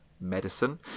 medicine